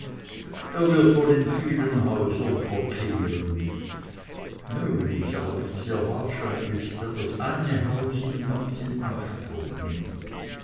er wird wohl in vielen häusern verkehren möglich aber nicht sehr wahrscheinlich da das eine haus ihn ganz in anspruch nimmt